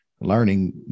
learning